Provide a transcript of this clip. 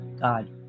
God